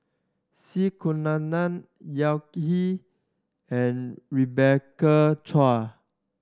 Z Kunalan Yao Zi and Rebecca Chua